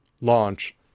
launch